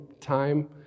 time